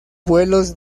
vuelos